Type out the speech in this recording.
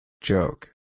Joke